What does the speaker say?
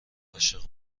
عاشق